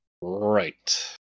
Right